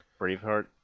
Braveheart